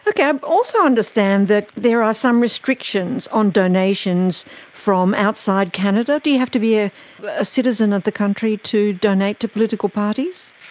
like yeah but also understand that there are some restrictions on donations from outside canada. do you have to be a citizen of the country to donate to political parties?